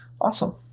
Awesome